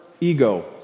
ego